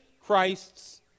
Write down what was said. Christ's